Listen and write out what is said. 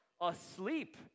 asleep